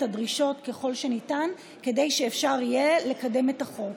הדרישות ככל שניתן כדי שאפשר יהיה לקדם את החוק.